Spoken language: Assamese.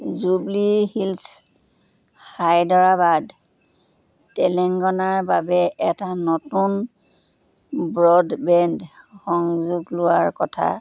জুবলি হিলছ হায়দৰাবাদ তেলেংগানাৰ বাবে এটা নতুন ব্ৰডবেণ্ড সংযোগ লোৱাৰ কথা